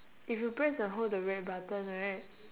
if you press and hold the red button right